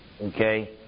okay